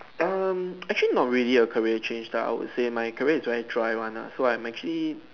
um actually not really a career change lah I would say my career is very dry one nah so I'm actually